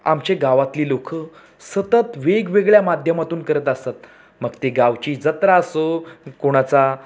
आमचे गावातली लोकं सतत वेगवेगळ्या माध्यमातून करत असतात मग ते गावची जत्रा असो कोणाचा